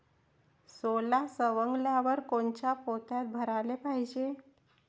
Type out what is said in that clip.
सोला सवंगल्यावर कोनच्या पोत्यात भराले पायजे?